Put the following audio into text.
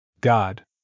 God